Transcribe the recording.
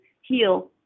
heal